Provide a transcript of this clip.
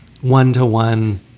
one-to-one